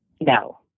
No